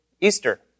Easter